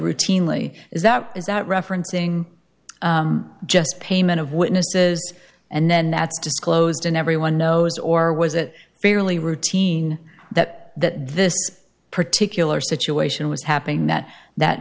routinely is that is that referencing just payment of witnesses and then that's disclosed and everyone knows or was it fairly routine that that this particular situation was happening that that